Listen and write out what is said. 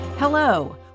Hello